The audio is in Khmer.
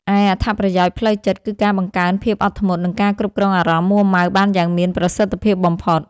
ឯអត្ថប្រយោជន៍ផ្លូវចិត្ត គឺការបង្កើនភាពអត់ធ្មត់ និងការគ្រប់គ្រងអារម្មណ៍មួរម៉ៅបានយ៉ាងមានប្រសិទ្ធភាពបំផុត។